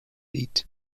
eat